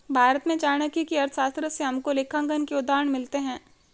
भारत में चाणक्य की अर्थशास्त्र से हमको लेखांकन के उदाहरण मिलते हैं